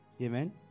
amen